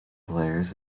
players